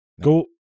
go